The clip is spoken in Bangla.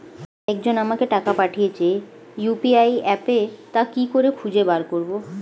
একজন আমাকে টাকা পাঠিয়েছে ইউ.পি.আই অ্যাপে তা কি করে খুঁজে বার করব?